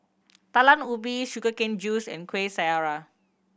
Talam Ubi sugar cane juice and Kuih Syara